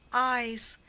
eyes,